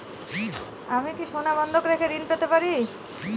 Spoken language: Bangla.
আমি কি সোনা বন্ধক রেখে ঋণ পেতে পারি?